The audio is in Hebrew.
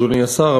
אדוני השר,